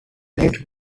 late